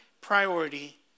priority